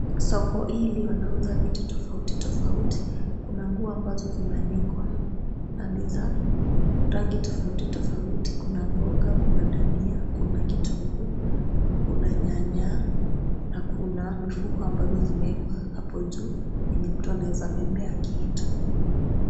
Soko hili wanauza vitu fofauti tofauti. Kuna nguo ambazo zimeanikwa na ni za rangi tofauti tofauti. Kuna mboga, kuna dania, kuna kitunguu, kuna nyanya na kuna mifuko ambazo zimewekwa hapo juu yenye mtu anaweza bebea kitu.